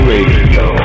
Radio